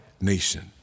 nation